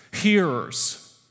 hearers